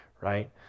right